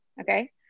okay